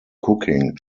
cooking